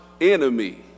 enemy